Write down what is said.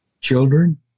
Children